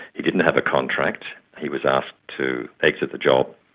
he didn't have a contract, he was asked to exit the job,